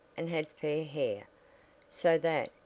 and had fair hair so that,